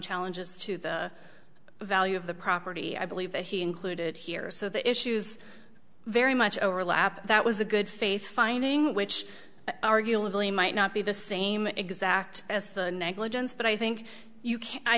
challenges to the value of the property i believe that he included here so the issues very much overlap that was a good faith finding which arguably might not be the same exact as the negligence but i think you